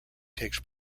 takes